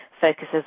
focuses